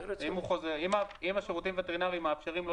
אם השירותים הווטרינריים מאפשרים לו